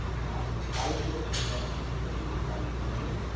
now i leave it to them to do the fine tuning.